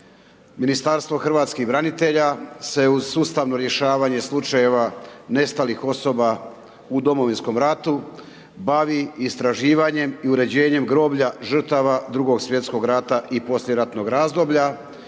Ministarstvo hrvatskih branitelja se uz sustavno rješavanje slučajeva nestalih osoba u Domovinskom ratu, bavi istraživanjem i uređenjem groblja, žrtava 2.sv. rata i poslijeratnog razdoblja,